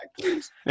please